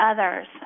others